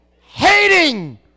Hating